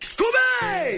Scooby